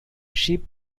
sheep